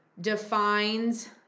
defines